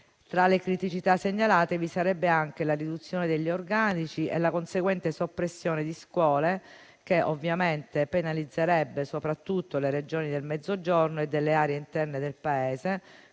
tra le criticità segnalate vi sarebbero anche la riduzione degli organici e la conseguente soppressione di scuole che penalizzerebbe soprattutto le regioni del Mezzogiorno e delle aree interne del Paese,